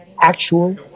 actual